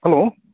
hello